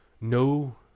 no